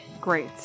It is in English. Great